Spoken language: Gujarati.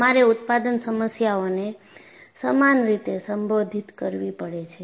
તમારે ઉત્પાદન સમસ્યાઓને સમાન રીતે સંબોધિત કરવી પડે છે